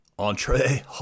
Entree